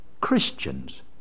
Christians